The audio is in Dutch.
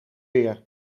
weer